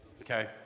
Okay